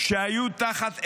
שהיו תחת אש,